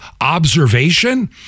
observation